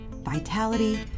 vitality